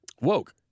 Woke